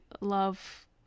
love